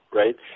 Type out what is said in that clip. right